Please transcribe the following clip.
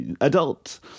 adults